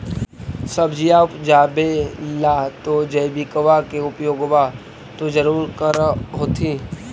सब्जिया उपजाबे ला तो जैबिकबा के उपयोग्बा तो जरुरे कर होथिं?